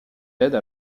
d’aide